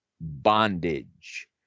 bondage